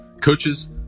coaches